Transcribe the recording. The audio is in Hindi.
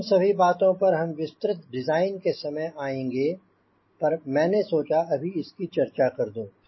इन सभी बातों पर हम विस्तृत डिज़ाइन के समय आएँगे पर मैंने सोचा अभी इसकी चर्चा कर दूंँ